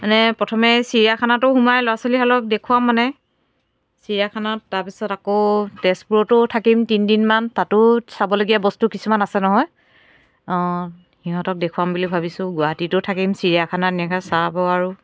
মানে প্ৰথমে চিৰিয়াখানাটো সোমাই ল'ৰা ছোৱালীহালক দেখুৱাম মানে চিৰিয়াখানাত তাৰপিছত আকৌ তেজপুৰতো থাকিম তিনিদিনমান তাতো চাবলগীয়া বস্তু কিছুমান আছে নহয় সিহঁতক দেখুৱাম বুলি ভাবিছো গুৱাহাটীটো থাকিম চিৰিয়াখানা ধুনীয়াকৈ চাব আৰু